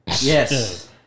Yes